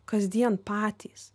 kasdien patys